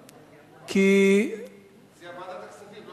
כי, זה ועדת הכספים.